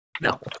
No